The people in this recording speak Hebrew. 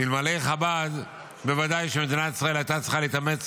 ואלמלא חב"ד בוודאי שמדינת ישראל הייתה צריכה להתאמץ